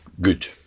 good